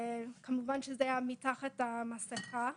כמובן שזה היה מתחת למסכה,